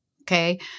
okay